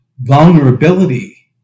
vulnerability